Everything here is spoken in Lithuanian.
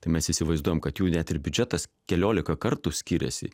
tai mes įsivaizduojam kad jų net ir biudžetas keliolika kartų skiriasi